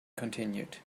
continued